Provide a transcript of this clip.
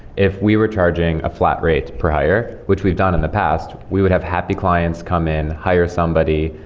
if we were charging a flat rate per hire, which we've done in the past, we would have happy clients come in, hire somebody,